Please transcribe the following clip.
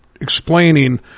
explaining